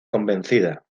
convencida